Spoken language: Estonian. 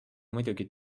muidugi